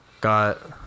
Got